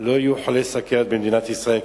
לא יהיו חולי סוכרת במדינת ישראל,